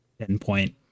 endpoint